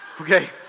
okay